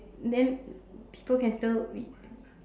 then people can still be